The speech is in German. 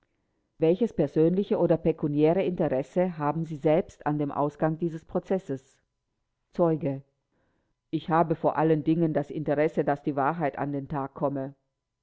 welches persönliche oder pekuniäre interesse resse haben sie selbst an dem ausgang dieses prozesses zeuge ich habe vor allen dingen das interesse daß die wahrheit an den tag komme